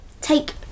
Take